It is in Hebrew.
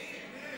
כספים.